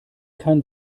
kein